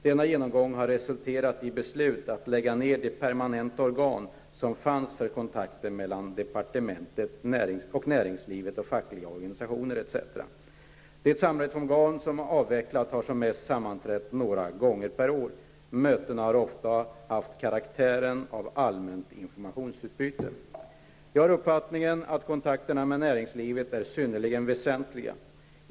Denna genomgång har resulterat i beslut att lägga ner de permanenta organ som fanns för kontakter mellan departementet och näringslivet, fackliga organisationer etc. De samrådsorgan som avvecklats har som mest sammanträtt några gånger per år. Mötena har ofta haft karaktär av allmänt informationsutbyte. Jag har uppfattningen att kontakterna med näringslivet är synnerligen väsentliga.